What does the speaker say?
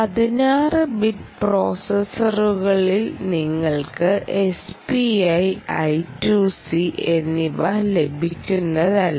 16 bit പ്രോസസറുകളിൽ നിങ്ങൾക്ക് SPI I2C എന്നിവ ലഭിക്കുന്നതല്ല